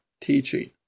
teaching